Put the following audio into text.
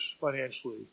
financially